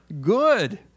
good